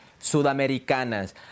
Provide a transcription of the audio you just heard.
Sudamericanas